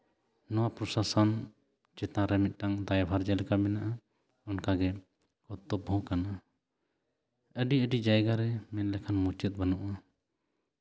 ᱱᱚᱣᱟ ᱨᱚᱥᱟᱥᱚᱱ ᱪᱮᱛᱟᱱ ᱨᱮ ᱢᱤᱫᱴᱮᱱ ᱫᱟᱭᱵᱷᱟᱨ ᱪᱮᱫ ᱞᱮᱠᱟ ᱢᱮᱱᱟᱜᱼᱟ ᱚᱱᱠᱟᱜᱮ ᱠᱚᱨᱛᱚᱵᱵᱚ ᱦᱚᱸ ᱠᱟᱱᱟ ᱟᱹᱰᱤ ᱟᱹᱰᱤ ᱡᱟᱭᱜᱟᱨᱮ ᱢᱮᱱ ᱞᱮᱠᱷᱟᱱ ᱢᱩᱪᱟᱹᱫ ᱵᱟᱹᱱᱩᱜᱼᱟ